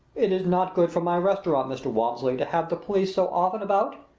it is not good for my restaurant, mr. walmsley, to have the police so often about,